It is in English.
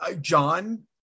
John